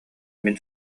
мин